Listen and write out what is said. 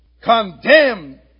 condemned